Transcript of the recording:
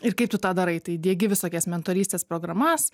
ir kaip tu tą darai tai diegi visokias mentorystės programas